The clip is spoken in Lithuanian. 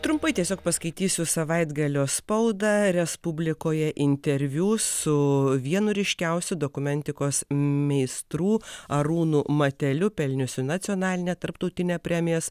trumpai tiesiog paskaitysiu savaitgalio spaudą respublikoje interviu su vienu ryškiausių dokumentikos meistrų arūnu mateliu pelniusiu nacionalinę tarptautinę premiją